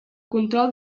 control